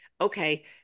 Okay